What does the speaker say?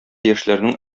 яшьләрнең